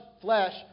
flesh